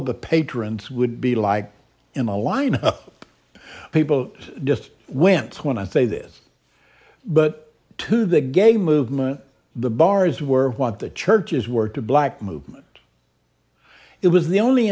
of the patrons would be like in a line up people just wince when i say this but to the gay movement the bars were want the churches were to black movement it was the only